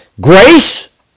Grace